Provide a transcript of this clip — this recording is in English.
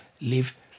live